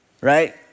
right